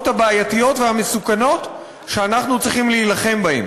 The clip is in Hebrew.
הבעייתיות והמסוכנות שאנחנו צריכים להילחם בהן.